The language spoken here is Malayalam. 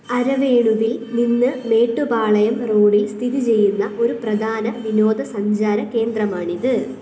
അരവേണുവിൽ നിന്ന് മേട്ടുപ്പാളയം റോഡിൽ സ്ഥിതിചെയ്യുന്ന ഒരു പ്രധാന വിനോദസഞ്ചാര കേന്ദ്രമാണിത്